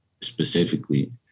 specifically